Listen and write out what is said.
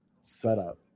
setup